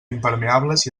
impermeables